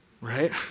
right